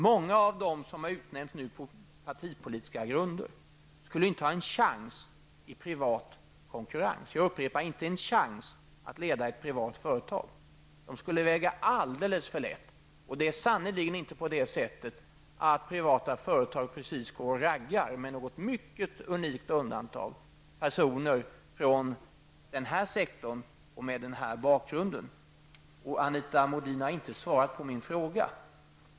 Många av dem som nu har utnämnts på partipolitiska grunder skulle inte ha en chans i privat konkurrens. Jag upprepar, inte en chans att leda ett privat företag. De skulle väga alldeles för lätt. Det är sannerligen inte så att privata företag, med något mycket unikt undantag, går ut och raggar personer från den här sektorn och med den här bakgrunden. Anita Modin har inte svarat på min fråga.